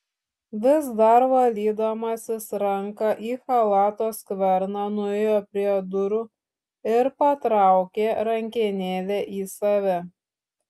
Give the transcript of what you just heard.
vis dar valydamasis ranką į chalato skverną nuėjo prie durų ir patraukė rankenėlę į save